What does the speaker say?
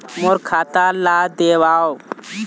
मोर खाता ला देवाव?